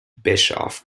bischoff